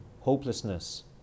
hopelessness